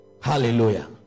Hallelujah